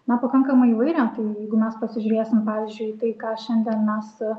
na pakankamai įvairią tai jeigu mes pasižiūrėsim pavyzdžiui į tai ką šiandien mes